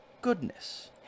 goodness